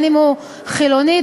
חילוני,